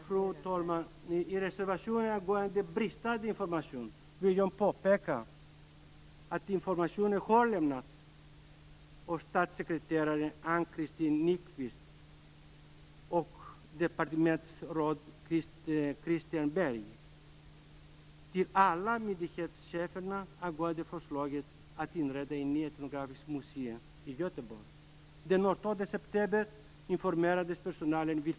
Fru talman! När det gäller reservationen angående bristande information vill jag påpeka att information har lämnats av statssekreterare Ann-Christin Nykvist och departementsråd Kristian Berg till alla myndighetscheferna angående förslaget att inrätta en ny etnografisk museimyndighet i Göteborg.